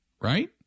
right